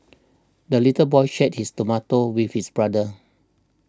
the little boy shared his tomato with his brother